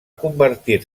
convertir